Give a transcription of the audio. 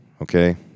Okay